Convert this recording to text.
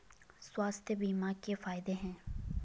स्वास्थ्य बीमा के फायदे हैं?